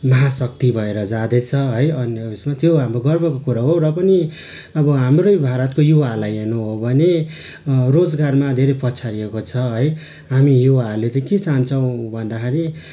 महाशक्ति भएर जाँदैछ है अन्य उसमा त्यो हाम्रो गर्वको कुरा हो र पनि अब हाम्रै भारतको युवाहरूलाई हेर्नु हो भने रोजगारमा धेरै पछाडिएको छ है हामी युवाहरूले चाहिँ के चाहन्छौँ भन्दाखेरि